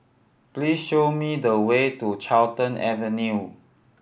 please show me the way to Carlton Avenue